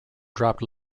dropped